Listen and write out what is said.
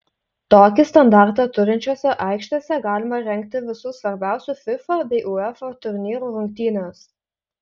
tokį standartą turinčiose aikštėse galima rengti visų svarbiausių fifa bei uefa turnyrų rungtynes